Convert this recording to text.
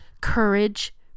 courage